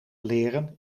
leren